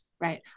Right